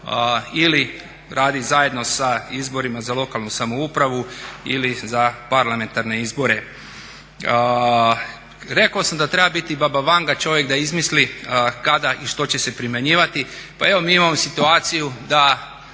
ili radit zajedno sa izborima za lokalnu samoupravu ili za parlamentarne izbore. Rekao sam da treba biti baba Vanga čovjek da izmisli kada i što će se primjenjivati. Pa evo mi imamo situaciju da